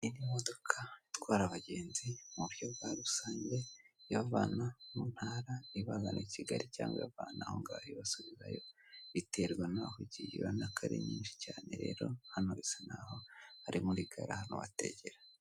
Imodoka itwara abagenzi mu buryo bwa rusange ibavana mu ntara, ibazane i kigali cyangwavana aho ngaho ibasubirayo biterwa n'aho ugiye ubona ko ari nyinshi cyane, rero hano bisa nk'aho ari muri gare ahantu bategera.